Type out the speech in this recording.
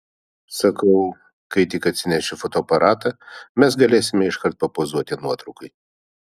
sakau kai tik atsinešiu fotoaparatą mes galėsime iškart papozuoti nuotraukai